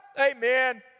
amen